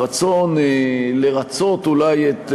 הרצון אולי לרַצות את,